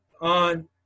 on